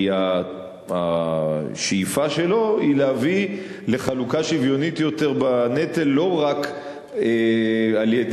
כי השאיפה שלו היא להביא לחלוקה שוויונית יותר בנטל לא רק על-ידי